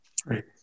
Great